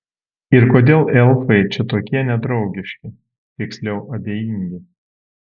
ir kodėl elfai čia tokie nedraugiški tiksliau abejingi